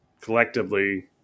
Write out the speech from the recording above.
collectively –